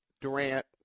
Durant